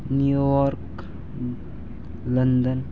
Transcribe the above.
New York London